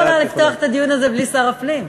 אני לא יכולה לפתוח את הדיון הזה בלי שר הפנים.